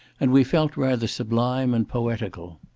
and we felt rather sublime and poetical.